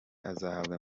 azahabwa